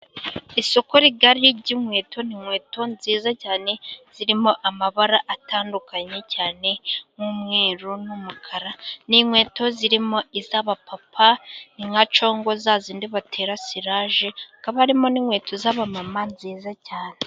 Isoko rigari ry'inkweto, ni inkweto nziza cyane zirimo amabara atandukanye cyane nk'umweru n'umukara. Ni nkweto zirimo iz'abapapa ni nka congo za zindi batera siraje, hakaba harimo n'inkweto z'abamama nziza cyane.